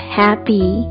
happy